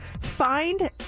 find